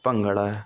bhangra